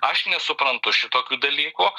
aš nesuprantu šitokių dalykų